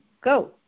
Go